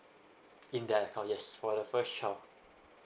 in the account yes for the first child